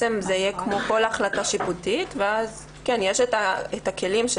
זה יהיה כמו כל החלטה שיפוטית ויש את הכלים של